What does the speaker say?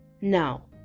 Now